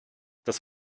das